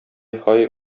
һай